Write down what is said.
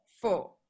four